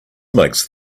makes